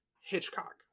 Hitchcock